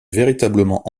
véritablement